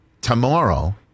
tomorrow